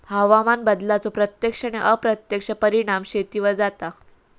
हवामान बदलाचो प्रत्यक्ष आणि अप्रत्यक्ष परिणाम शेतीवर जाता